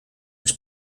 its